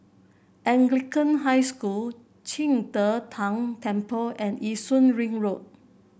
Anglican High School Qing De Tang Temple and Yishun Ring Road